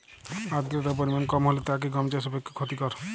আর্দতার পরিমাণ কম হলে তা কি গম চাষের পক্ষে ক্ষতিকর?